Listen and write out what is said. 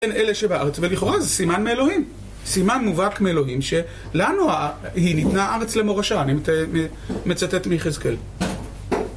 אל אלה שבארץ, ולכאורה, זה סימן מאלוהים. סימן מובהק מאלוהים, ש"לנו היא ניתנה הארץ למורשה", אני מצטט מיחזקאל.